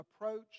approach